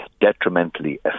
detrimentally